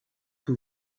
que